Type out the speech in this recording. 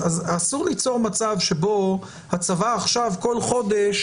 אסור ליצור מצב שבו הצבא עכשיו כל חודש